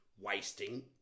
wasting